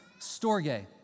storge